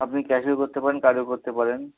আপনি ক্যাশেও করতে পারেন কার্ডেও করতে পারেন